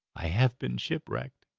i have been shipwrecked,